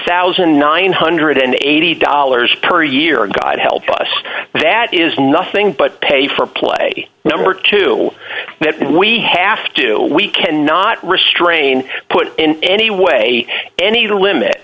thousand nine hundred and eighty dollars per year god help us that is nothing but pay for play number two that we have to we cannot restrain put in any way any limit